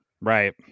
Right